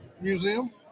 Museum